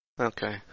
Okay